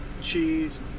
cheese